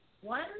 One